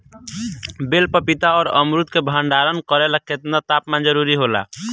बेल पपीता और अमरुद के भंडारण करेला केतना तापमान जरुरी होला?